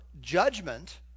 judgment